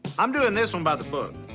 um doing this one by the book,